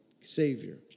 Savior